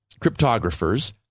cryptographers